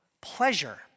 Pleasure